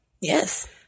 Yes